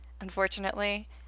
Unfortunately